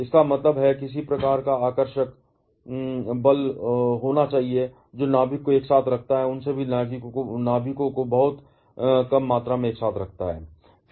इसका मतलब है किसी प्रकार का आकर्षक बल होना चाहिए जो नाभिक को एक साथ रखता है उन सभी नाभिकों को बहुत बहुत कम मात्रा में एक साथ रखता है